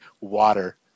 water